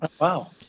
Wow